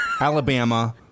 Alabama